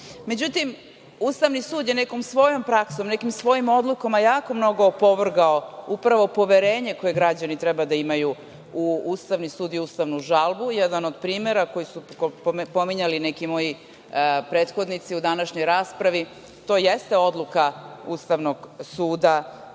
Međutim, Ustavni sud je nekom svojom praksom, nekim svojim odlukama jako mnogo opovrgao poverenje koje građani treba da imaju u Ustavni sud i ustavnu žalbu. Jedan od primera koji su spominjali neki moji prethodnici u današnjoj raspravi… To jeste odluka Ustavnog suda